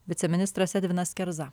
viceministras edvinas kerza